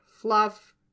fluff